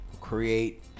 create